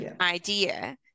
idea